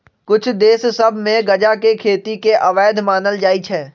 कुछ देश सभ में गजा के खेती के अवैध मानल जाइ छै